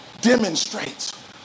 demonstrates